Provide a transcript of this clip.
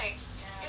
it's so sweet